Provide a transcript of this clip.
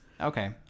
okay